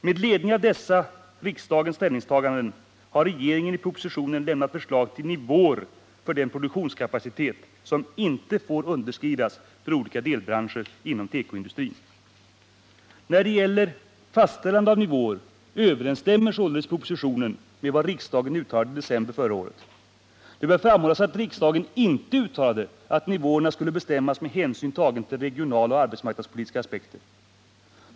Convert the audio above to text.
Med ledning av dessa riksdagens ställningstaganden har regeringen i propositionen lämnat förslag till nivåer för den produktionskapacitet som inte får underskridas för olika delbranscher inom tekoindustrin. När det gäller fastställande av nivåer överensstämmer således propositionen med vad riksdagen uttalade i december förra året. Det bör framhållas att riksdagen inte uttalade att nivåerna skulle bestämmas med hänsyn tagen till regionalpolitiska och arbetsmarknadspolitiska aspekter.